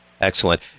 excellent